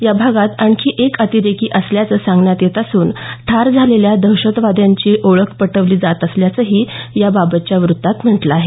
या भागात आणखी एक अतिरेकी असल्याचं सांगण्यात येत असून ठार झालेल्या दहशतवाद्यांची ओळख पटवली जात असल्याचंही याबाबतच्या व्रत्तात म्हटलं आहे